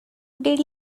did